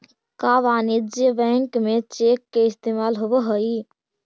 का वाणिज्य बैंक में चेक के इस्तेमाल होब हई?